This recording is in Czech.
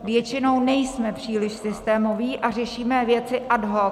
Většinou nejsme příliš systémoví a řešíme věci ad hoc.